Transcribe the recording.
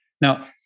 Now